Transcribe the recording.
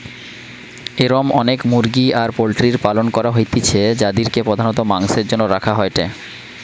এরম অনেক মুরগি আর পোল্ট্রির পালন করা হইতিছে যাদিরকে প্রধানত মাংসের জন্য রাখা হয়েটে